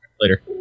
later